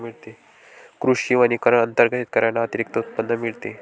कृषी वनीकरण अंतर्गत शेतकऱ्यांना अतिरिक्त उत्पन्न मिळते